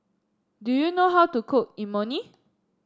do you know how to cook Imoni